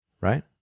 right